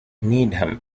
needham